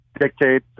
dictate